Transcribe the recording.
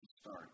start